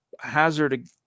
hazard